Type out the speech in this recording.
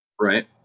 Right